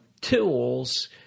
tools